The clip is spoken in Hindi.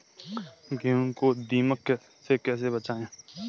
गेहूँ को दीमक से कैसे बचाएँ?